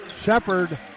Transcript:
Shepard